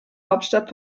hauptstadt